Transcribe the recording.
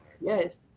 yes